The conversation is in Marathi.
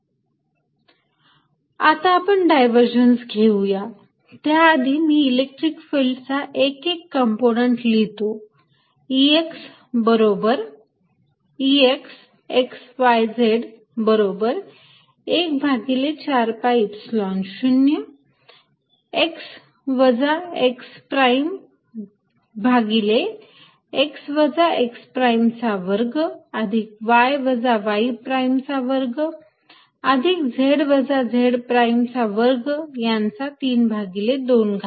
Exyz14π0qr rr r3 आता आपण डायव्हर्जन्स घेऊया त्याआधी मी इलेक्ट्रिक फिल्डचा एक एक कंपोनंट लिहितो Ex xyz बरोबर 1 भागिले 4 pi Epsilon 0 q x वजा x प्राईम भागिले x वजा x प्राईम चा वर्ग अधिक y वजा y प्राईम चा वर्ग अधिक z वजा z प्राईम चा वर्ग यांचा 32 घात